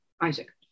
Isaac